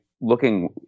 looking